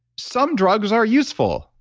some drugs are useful.